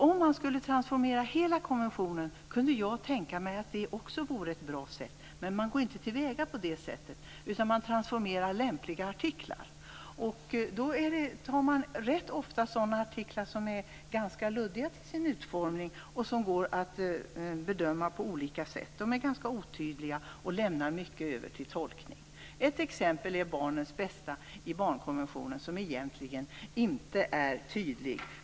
Om man skulle transformera hela konventionen kan jag tänka mig att det vore ett bra sätt. Men man går inte till väga på det sättet, utan man transformerar lämpliga artiklar. Man tar då rätt ofta sådana artiklar som är ganska luddiga till sin utformning och som går att bedöma på olika sätt. De är otydliga och lämnar mycket över till tolkning. Ett exempel på detta är barnens bästa i barnkonventionen, som egentligen inte är tydlig.